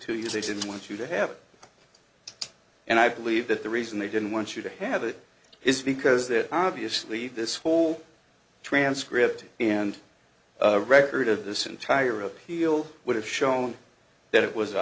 to you they didn't want you to have and i believe that the reason they didn't want you to have it is because that obviously this whole transcript and record of this entire appeal would have shown that it was